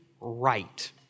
right